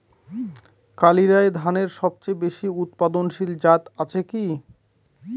কালিরাই ধানের সবচেয়ে বেশি উৎপাদনশীল জাত আছে কি?